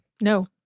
No